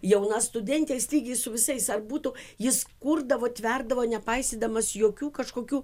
jauna studentė jis lygiai su visais ar būtų jis kurdavo tverdavo nepaisydamas jokių kažkokių